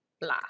blah